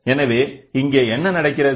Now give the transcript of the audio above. எனவேஇங்கே என்ன நடக்கிறது